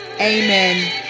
Amen